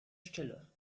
stille